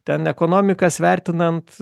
ten ekonomikas vertinant